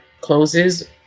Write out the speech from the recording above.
closes